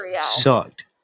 sucked